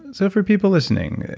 and so for people listening,